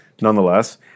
nonetheless